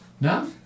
No